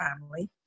family